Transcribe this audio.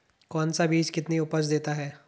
कौन सा बीज कितनी उपज देता है?